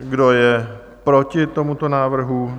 Kdo je proti tomuto návrhu?